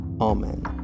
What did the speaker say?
Amen